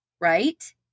right